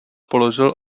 položil